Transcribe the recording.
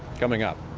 coming up.